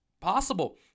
possible